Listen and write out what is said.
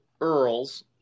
Earls